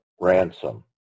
ransom